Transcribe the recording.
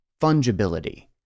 Fungibility